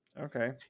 okay